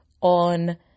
on